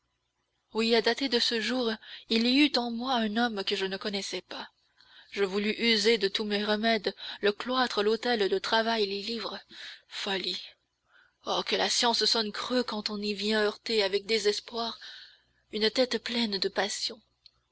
oui à dater de ce jour il y eut en moi un homme que je ne connaissais pas je voulus user de tous mes remèdes le cloître l'autel le travail les livres folie oh que la science sonne creux quand on y vient heurter avec désespoir une tête pleine de passions